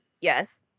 Yes